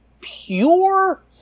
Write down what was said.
pure